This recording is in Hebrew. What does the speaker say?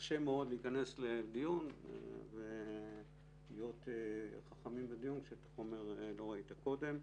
קשה מאוד להיכנס לדיון ולהיות חכמים בדיון כשאת החומר לא רואים קודם.